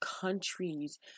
countries